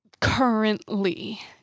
Currently